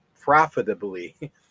profitably